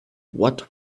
what